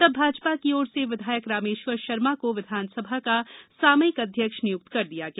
तब भाजपा की ओर से विधायक रामेश्वर शर्मा को विधानसभा का सामयिक अध्यक्ष नियुक्त कर दिया गया